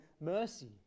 mercy